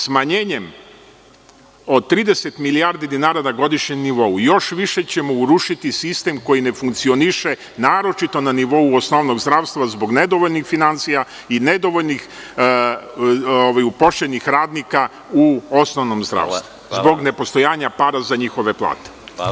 Smanjenjem od 30 milijardi dinara na godišnjem nivou još više ćemo urušiti sistem koji ne funkcioniše, naročito na nivou osnovnog zdravstva zbog nedovoljnih finansija i nedovoljnih uposlenih radnika u osnovnom zdravstvu zbog nepostojanja para za njihove plate.